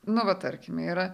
nu va tarkim yra